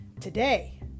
today